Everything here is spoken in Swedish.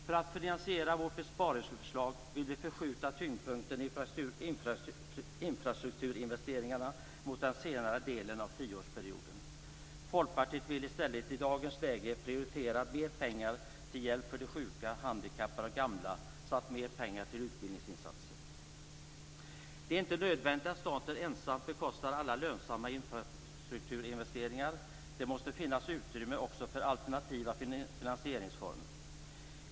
För att finansiera vårt besparingsförslag vill vi förskjuta tyngdpunkten i infrastrukturinvesteringarna mot den senare delen av tioårsperioden. Folkpartiet vill i stället i dagens läge prioritera mer pengar till hjälp för de sjuka, handikappade och gamla samt mer pengar till utbildningsinsatser. Det är inte nödvändigt att staten ensam bekostar alla lönsamma infrastrukturinvesteringar. Det måste finnas utrymme också för alternativa finansieringsformer.